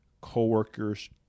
coworkers